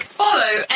follow